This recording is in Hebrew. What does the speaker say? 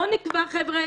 בואו נקבע חבר'ה,